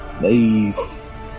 Nice